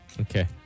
Okay